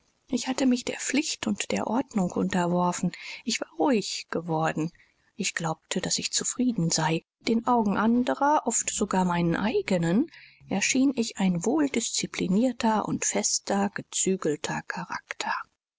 ich hatte mich der pflicht und der ordnung unterworfen ich war ruhig geworden ich glaubte daß ich zufrieden sei den augen anderer oft sogar meinen eigenen erschien ich ein wohldisziplinierter und fester gezügelter charakter